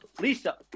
Lisa